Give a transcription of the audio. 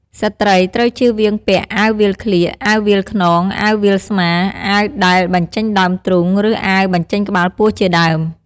ស្រី្តត្រូវជៀសវាងពាក់ អាវវាលក្លៀក អាវវាលខ្នង អាវវាលស្មា អាវដែលបញ្ចេញដើមទ្រូង ឬ អាវបញ្ចេញក្បាលពោះ ជាដើម។